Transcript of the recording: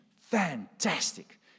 fantastic